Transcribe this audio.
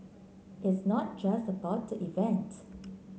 it's not just about the event